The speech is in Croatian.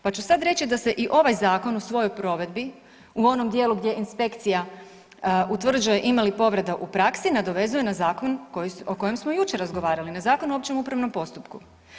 Pa ću sad reći da se i ovaj zakon u svojoj provedbi u onom dijelu gdje inspekcija utvrđuje ima li povreda u praksu nadovezuje na zakon o kojem smo jučer razgovarali, na Zakon o općem upravnom postupku.